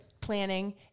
planning